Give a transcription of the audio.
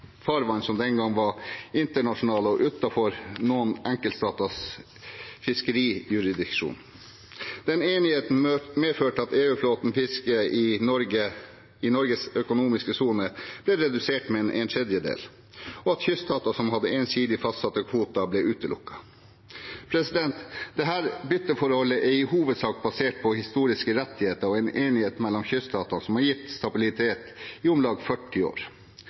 farvann som den gangen var internasjonale og utenfor noen enkeltstaters fiskerijurisdiksjon. Den enigheten medførte at EU-flåtens fiske i Norges økonomiske sone ble redusert med en tredjedel, og at kyststater som hadde ensidig fastsatte kvoter, ble utelukket. Dette bytteforholdet er i hovedsak basert på historiske rettigheter og en enighet mellom kyststatene, noe som har gitt stabilitet i om lag 40 år.